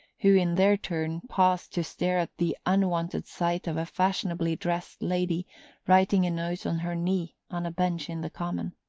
who, in their turn, paused to stare at the unwonted sight of a fashionably-dressed lady writing a note on her knee on a bench in the common.